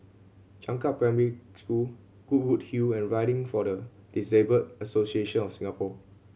Changkat Primary School Goodwood Hill and Riding for the Disabled Association of Singapore